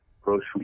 grocery